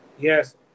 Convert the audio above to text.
Yes